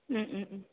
ഉം ഉം